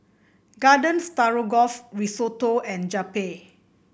Garden Stroganoff Risotto and Japchae